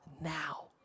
now